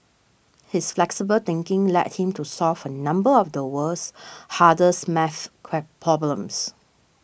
his flexible thinking led him to solve a number of the world's hardest math problems